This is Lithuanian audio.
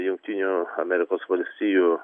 jungtinių amerikos valstijų